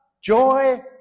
joy